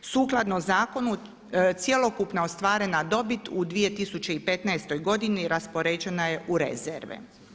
Sukladno zakonu cjelokupna ostvarena dobit u 2015. godini raspoređena je u rezerve.